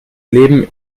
leben